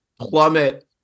plummet